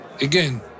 Again